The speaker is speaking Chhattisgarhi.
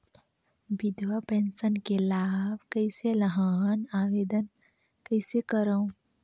विधवा पेंशन के लाभ कइसे लहां? आवेदन कइसे करव?